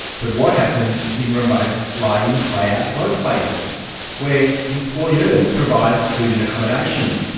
but what happens in remote fly-in, fly-out workplaces where employers provide food and accommodation?